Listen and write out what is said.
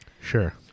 Sure